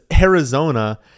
Arizona